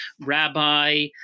rabbi